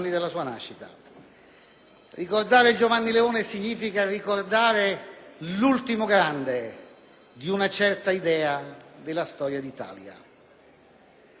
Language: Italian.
Ricordare Giovanni Leone significa ricordare l'ultimo grande di una certa idea della storia d'Italia, un'idea